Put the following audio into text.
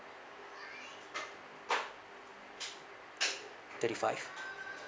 thirty five